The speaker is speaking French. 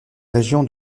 région